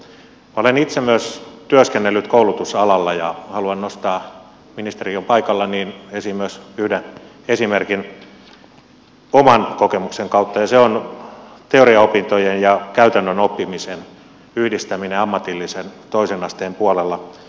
olen myös itse työskennellyt koulutusalalla ja haluan nostaa kun ministeri on paikalla esiin myös yhden esimerkin oman kokemukseni kautta ja se on teoriaopintojen ja käytännön oppimisen yhdistäminen ammatillisen toisen asteen puolella